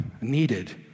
needed